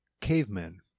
cavemen